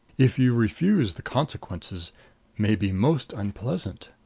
if you refuse the consequences may be most unpleasant.